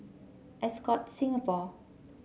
Ascott Singapore